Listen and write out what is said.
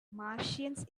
martians